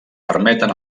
permeten